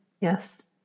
Yes